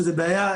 וזו בעיה,